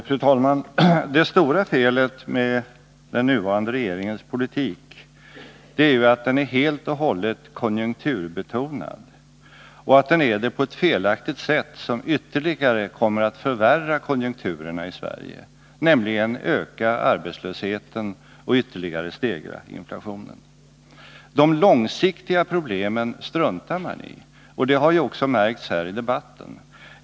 Fru talman! Det stora felet med den nuvarande regeringens politik är ju att politiken helt och hållet är konjunkturbetonad och att den är det på ett felaktigt sätt som ytterligare kommer att förvärra konjunkturerna i Sverige, nämligen öka arbetslösheten och ytterligare stegra inflationen. De långsiktiga problemen struntar man i, vilket också märks här i debatten.